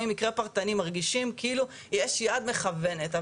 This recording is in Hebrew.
מקרה פרטני מרגישים כאילו יש יד מכוונת.